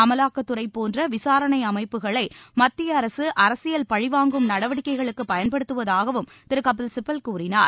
அமலாக்கத்துறைபோன்றவிசாரணைஅமைப்புகளைமத்தியஅரசுஅரசியல் மேலும் பழிவாங்கும் நடவடிக்கைகளுக்குபயன்படுத்துவதாகவும் திருகபில்சிபல் கூறினார்